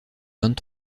vingt